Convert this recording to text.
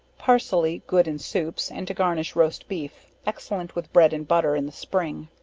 parsley, good in soups, and to garnish roast beef, excellent with bread and butter in the spring.